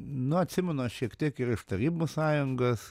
nu atsimenu aš šiek tiek ir iš tarybų sąjungos